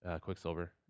Quicksilver